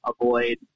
avoid